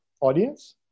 audience